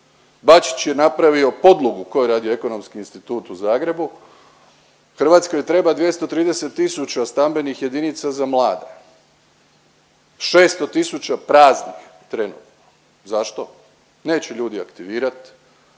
Bačić je napravio podlogu koji je radio Ekonomski institut u Zagrebu, Hrvatskoj treba 230 tisuća stambenih jedinica za mlade. 600 tisuća praznih je trenutno. Zašto? Neće ljudi aktivirati.